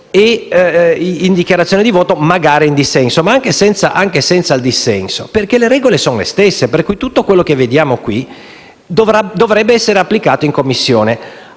e in dichiarazione di voto, magari in dissenso, ma anche senza il dissenso, perché le regole sono le stesse, quindi tutto quello che vediamo in Assemblea dovrebbe essere applicato in Commissione,